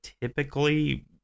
typically